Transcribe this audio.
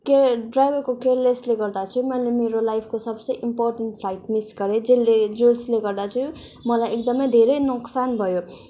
ड्राइभरको क्यरलेसले गर्दा चाहिँ मैले मेरो लाइफको सबसे इम्पोर्टेम्ट फ्लाइट मिस गरेँ जसले जसले गर्दा चाहिँ मलाई एकदमै धेरै नोक्सान भयो